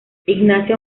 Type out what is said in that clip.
ignacio